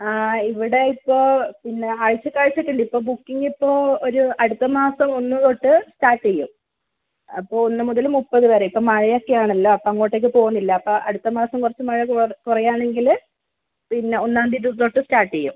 ആ ഇവിടെ ഇപ്പോൾ പിന്നെ ആഴ്ച്ചക്കാഴ്ച്ചക്കുണ്ട് ഇപ്പോൾ ബുക്കിങ്ങ് ഇപ്പോൾ ഒരു അടുത്ത മാസം ഒന്ന് തൊട്ട് സ്റ്റാർട്ട് ചെയ്യും അപ്പോൾ ഒന്ന് മുതൽ മുപ്പത് വരെ ഇപ്പോൾ മഴയൊക്കെയാണെല്ലോ അപ്പം അങ്ങോട്ടേക്ക് പൊവുന്നില്ല അപ്പം അടുത്ത മാസം കുറച്ച് മ മഴ കുറയുവാണെങ്കിൽ പിന്നെ ഒന്നാം തീയതി തൊട്ട് സ്റ്റാർട്ട് ചെയ്യും